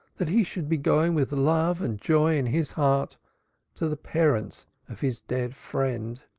that he should be going with love and joy in his heart to the parents of his dead friend!